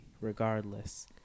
regardless